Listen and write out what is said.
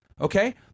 okay